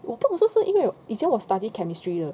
我根本就是因为以前我 study chemistry 的